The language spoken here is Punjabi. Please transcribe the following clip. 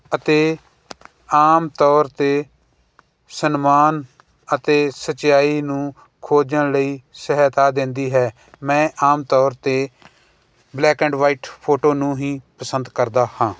ਅਤੇ ਆਮ ਤੌਰ 'ਤੇ ਸਨਮਾਨ ਅਤੇ ਸਚਿਆਈ ਨੂੰ ਖੋਜਣ ਲਈ ਸਹਾਇਤਾ ਦਿੰਦੀ ਹੈ ਮੈਂ ਆਮ ਤੌਰ 'ਤੇ ਬਲੈਕ ਐਂਡ ਵਾਈਟ ਫ਼ੋਟੋ ਨੂੰ ਹੀ ਪਸੰਦ ਕਰਦਾ ਹਾਂ